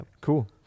Cool